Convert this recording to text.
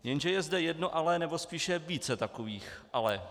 Jenže je zde jedno ale, nebo spíše více takových ale.